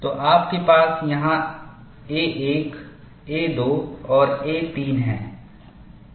तो आपके पास यह a1 a2 और a3 है